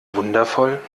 wundervoll